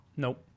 Nope